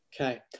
Okay